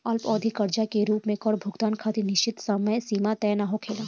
अल्पअवधि कर्जा के रूप में कर भुगतान खातिर निश्चित समय सीमा तय ना होखेला